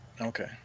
okay